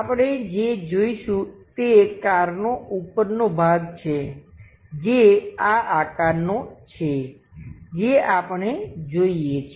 આપણે જે જોઈશું તે કારનો ઉપરનો ભાગ છે જે આ આકારનો છે જે આપણે જોઈએ છીએ